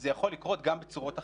זה יכול לקרות גם בצורות אחרות,